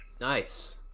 Nice